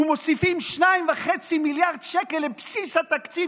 ומוסיפים 2.5 מיליארד שקל לבסיס התקציב